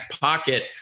pocket